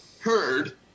heard